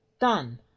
done